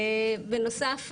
בנוסף,